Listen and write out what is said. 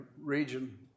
region